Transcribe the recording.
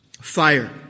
fire